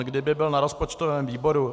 Kdyby on byl na rozpočtovém výboru...